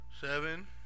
Seven